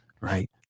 right